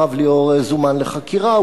הרב ליאור זומן לחקירה,